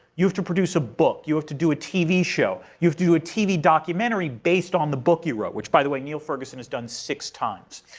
you have to produce a book. you have to do a tv show. you do a tv documentary based on the book you wrote, which by the way niall ferguson has done six times.